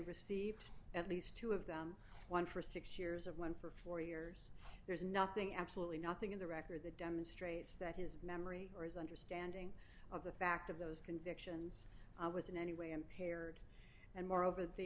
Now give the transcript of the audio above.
received at least two of them one for six years of one for four years there's nothing absolutely nothing in the record that demonstrates that his memory or his understanding of the fact of those was in any way impaired and moreover the